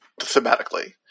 thematically